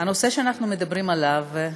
הנושא שאנחנו מדברים עליו,